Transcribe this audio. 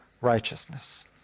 righteousness